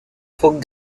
phoques